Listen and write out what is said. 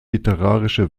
literarische